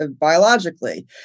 biologically